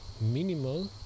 minimal